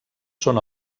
són